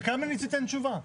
שקמיניץ ייתן תשובה.